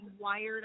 wired